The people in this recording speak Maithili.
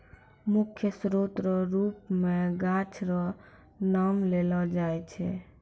मुख्य स्रोत रो रुप मे गाछ रो नाम लेलो जाय छै